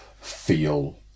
feel